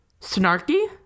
snarky